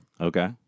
Okay